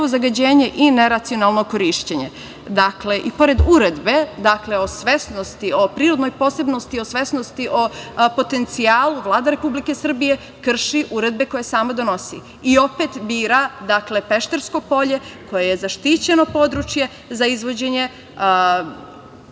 i neracionalno korišćenje, dakle, i pored uredbe o svesnosti, o prirodnoj posebnosti, o svesnosti, o potencijalu, Vlada Republike Srbije krši uredbe koje samo donosi i opet bira Peštarsko polje koje je zaštićeno područje za izvođenje